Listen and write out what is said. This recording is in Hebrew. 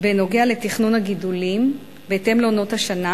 בנוגע לתכנון הגידולים בהתאם לעונות השנה,